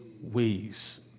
Ways